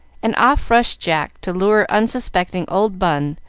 and off rushed jack to lure unsuspecting old bun,